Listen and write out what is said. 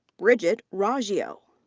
bridget raggio.